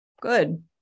good